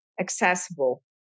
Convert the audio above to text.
accessible